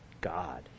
God